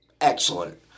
excellent